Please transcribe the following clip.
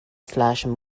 slasher